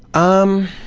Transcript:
um,